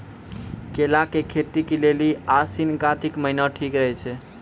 केला के खेती के लेली आसिन कातिक महीना ठीक रहै छै